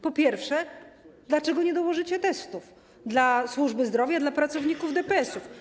Po pierwsze, dlaczego nie dołożycie testów dla służby zdrowia, dla pracowników DPS-ów?